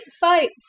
fight